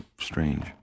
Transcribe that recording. strange